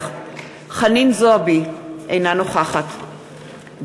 אינו נוכח נסים זאב,